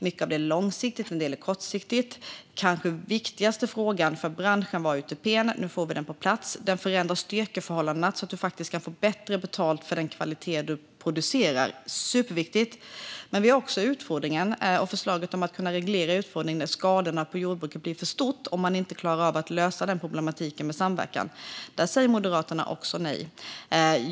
Mycket av det är långsiktigt, och en del är kortsiktigt. Den kanske viktigaste frågan för branschen var UTP. Nu får vi den på plats. Den förändrar styrkeförhållandena så att man kan få bättre betalt för den kvalitet man producerar - superviktigt. Men vi har också utfodringen och förslaget om att kunna reglera den då skadorna på jordbruket blir för stora om man inte klarar av att lösa problematiken med samverkan. Där säger Moderaterna också nej.